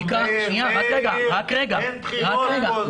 אין פה בחירות.